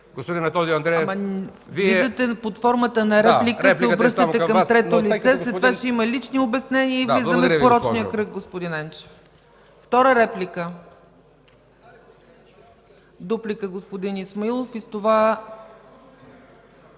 ЦЕЦКА ЦАЧЕВА: Вие под формата на реплика се обръщате към трето лице. След това ще има лични обяснения и влизаме в порочен кръг, господин Енчев.